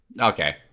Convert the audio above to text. Okay